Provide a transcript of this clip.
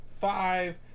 five